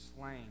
slain